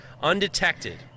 undetected